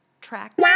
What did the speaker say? Track